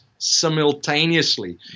simultaneously